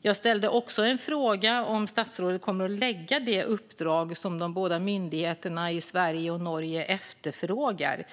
Jag ställde också en fråga om statsrådet kommer att lägga det uppdrag som de båda myndigheterna i Sverige och Norge efterfrågar